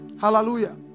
Hallelujah